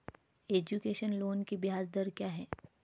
Education loan की ब्याज दर क्या है?